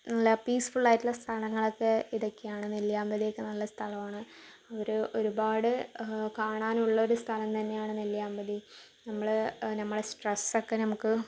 നല്ല പീസ് ഫുള്ളായിട്ടുള്ള സ്ഥലങ്ങളൊക്കെ ഇതൊക്കെയാണ് നെല്ലിയാമ്പതിയൊക്കെ നല്ല സ്ഥലമാണ് ഒരു ഒരുപാട് കാണാനുള്ളൊരു സ്ഥലം തന്നെയാണ് നെല്ലിയാമ്പതി നമ്മളെ നമ്മുടെ സ്ട്രെസ്സക്കെ നമുക്ക്